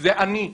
זה אני,